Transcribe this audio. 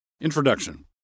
Introduction